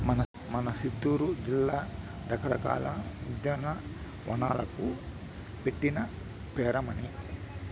మన సిత్తూరు జిల్లా రకరకాల ఉద్యానవనాలకు పెట్టింది పేరమ్మన్నీ